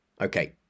Okay